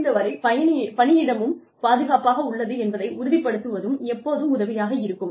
முடிந்தவரை பணியிடமும் பாதுகாப்பாக உள்ளது என்பதை உறுதிப்படுத்துவதும் எப்போதும் உதவியாக இருக்கும்